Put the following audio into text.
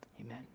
Amen